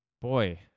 Boy